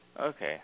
okay